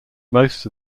most